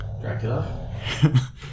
Dracula